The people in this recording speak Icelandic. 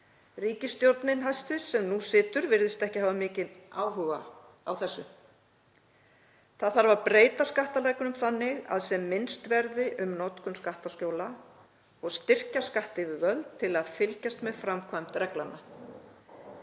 ríkisstjórn sem nú situr virðist ekki hafa mikinn áhuga á þessu. Það þarf að breyta skattareglunum þannig að sem minnst verði um notkun skattaskjóla og styrkja skattyfirvöld til að fylgjast með framkvæmd reglnanna.